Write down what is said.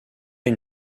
une